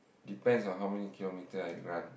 depends on how many kilometer I run